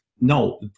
No